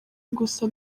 gusa